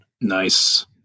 Nice